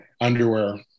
underwear